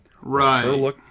Right